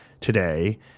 today